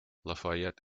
lafayette